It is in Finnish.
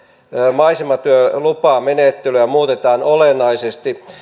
maisematyölupamenettelyä muutetaan olennaisesti